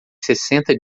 sessenta